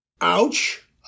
Ouch